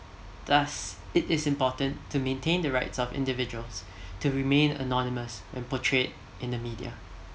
thus it is important to maintain the rights of individuals to remain anonymous and portrayed in the media